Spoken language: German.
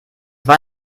war